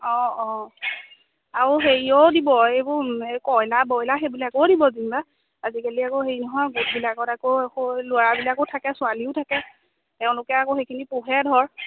অঁ অঁ আৰু হেৰিও দিব এইবোৰ কইলাৰ বইলাৰ সেইবিলাকো দিব যেনিবা আজিকালি আকৌ হেৰি নহয় গোটবিলাকত আকৌ ল'ৰাবিলাকো থাকে ছোৱালীও থাকে তেওঁলোকে আকৌ সেইখিনি পোহে ধৰ